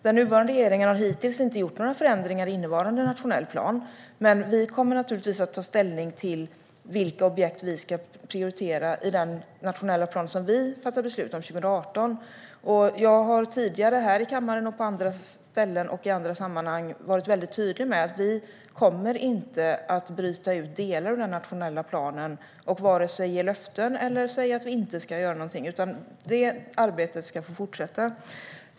Den nuvarande regeringen har hittills inte gjort några förändringar i innevarande nationell plan, men vi kommer naturligtvis att ta ställning till vilka objekt vi ska prioritera i den nationella plan som vi fattar beslut om 2018. Jag har tidigare här i kammaren, på andra ställen och i andra sammanhang varit väldigt tydlig med att vi inte kommer att bryta ut delar av den nationella planen och inte heller ge löften eller säga att vi inte ska göra någonting, utan det arbetet ska få fortsätta.